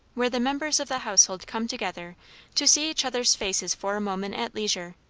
where the members of the household come together to see each other's faces for a moment at leisure,